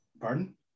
Pardon